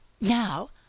Now